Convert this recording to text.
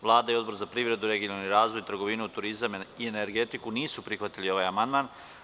Vlada i Odbor za privredu i regionalni razvoj, trgovinu, turizam i energetiku nisu prihvatili ovaj amandman.